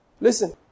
Listen